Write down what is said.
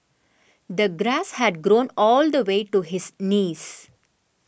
the grass had grown all the way to his knees